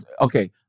Okay